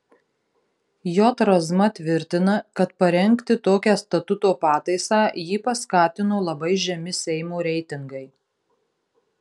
j razma tvirtina kad parengti tokią statuto pataisą jį paskatino labai žemi seimo reitingai